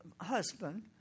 husband